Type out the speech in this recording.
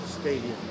stadium